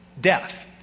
death